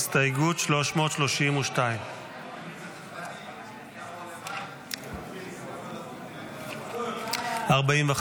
הסתייגות 332. הסתייגות 332 לא נתקבלה.